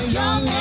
young